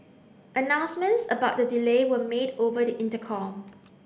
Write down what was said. announcements about the delay were made over the intercom